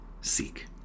seek